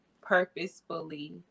purposefully